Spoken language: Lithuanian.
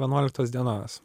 vienuoliktos dienos